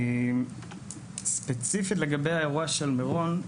ספציפית לגבי אירוע מירון,